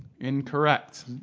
Incorrect